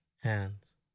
hands